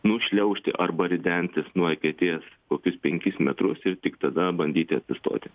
nušliaužti arba ridentis nuo eketės kokius penkis metrus ir tik tada bandyti atsistoti